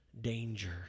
danger